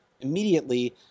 immediately